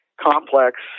complex